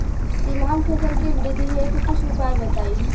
तिलहन फसल के वृद्धि हेतु कुछ उपाय बताई?